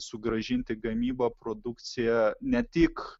sugrąžinti gamybą produkciją ne tik